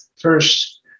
first